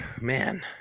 man